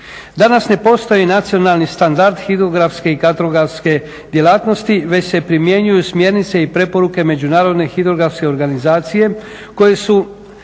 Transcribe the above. danas ne postoji nacionalni standard hidrografske i kartografske djelatnosti već se primjenjuju smjernice i preporuke međunarodne hidrografske organizacije koje su